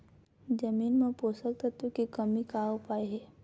जमीन म पोषकतत्व के कमी का उपाय हे?